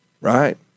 right